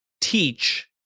teach